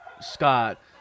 Scott